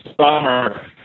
summer